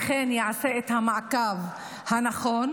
אכן יעשה את המעקב הנכון,